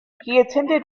attended